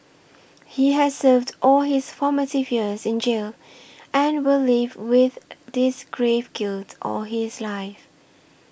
he has served all his formative years in jail and will live with this grave guilt all his life